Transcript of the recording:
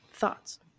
thoughts